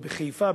ועוד בחיפה,